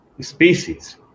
species